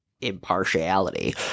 impartiality